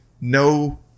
no